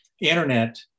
internet